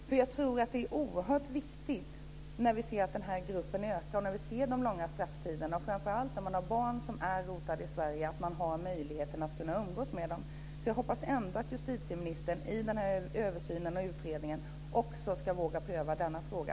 När vi ser att denna grupp människor blir större och när vi ser de långa strafftiderna tror jag nämligen att det är oerhört viktigt, framför allt när dessa människor har barn som är rotade i Sverige, att de har möjlighet att umgås med sina barn. Jag hoppas ändå att justitieministern i denna översyn och utredning ska våga pröva också denna fråga.